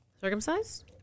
Circumcised